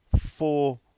four